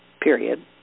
period